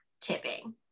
tipping